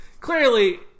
clearly